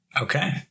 Okay